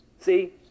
See